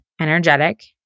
energetic